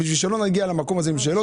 כדי שלא נגיע למקום הזה עם שאלות.